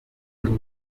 kitwa